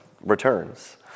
returns